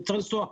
אם צריך לנסוע,